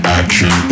action